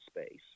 space